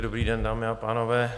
Dobrý den, dámy a pánové.